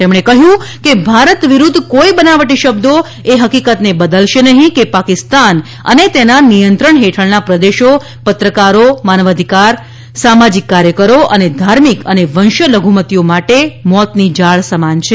તેમણે કહ્યું કે ભારત વિરુદ્ધ કોઈ બનાવટી શબ્દો એ હકી કતને બદલશે નહીં કે પાકિસ્તાન અને તેના નિયંત્રણ હેઠળના પ્રદેશો પત્રકારો માનવાધિકાર સામાજિક કાર્યકરો અને ધાર્મિક અને વંશીય લધુમતીઓ માટે મોતની જાળ સમાન છે